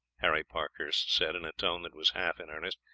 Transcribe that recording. harry parkhurst said, in a tone that was half in earnest,